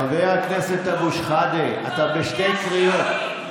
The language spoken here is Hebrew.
חבר הכנסת אבו שחאדה, אתה בשתי קריאות.